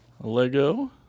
Lego